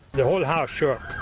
the whole house shook.